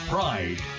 Pride